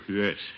yes